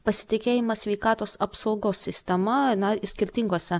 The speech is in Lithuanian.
pasitikėjimą sveikatos apsaugos sistema na skirtingose